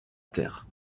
terre